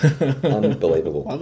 Unbelievable